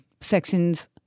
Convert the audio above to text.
sections